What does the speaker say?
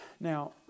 Now